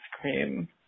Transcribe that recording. cream